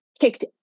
kicked